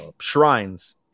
shrines